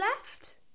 left